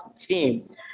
team